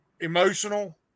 emotional